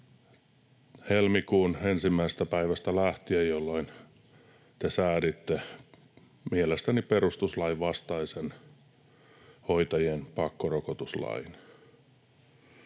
helmikuun ensimmäisestä päivästä lähtien, jolloin te sääditte mielestäni perustuslain vastaisen hoitajien pakkorokotuslain.